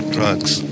Drugs